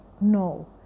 No